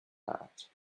art